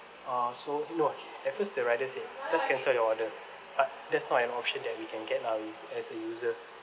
uh so no at first the rider said just cancel your order but that's not an option that we can get lah as as a user